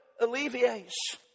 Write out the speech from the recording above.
alleviates